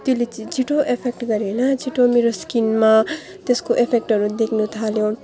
त्यसले चाहिँ छिटो एफेक्ट गऱ्यो होइन छिटो मेरो स्किनमा त्यसको एफेक्टहरू देख्नु थाल्यो